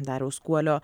dariaus kuolio